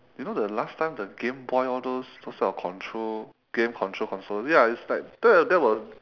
you know the last time the game boy all those those type of control game control console ya it's like that that was